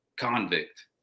convict